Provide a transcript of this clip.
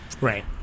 right